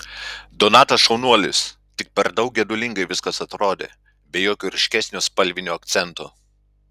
donatas šaunuolis tik per daug gedulingai viskas atrodė be jokio ryškesnio spalvinio akcento